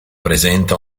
presenta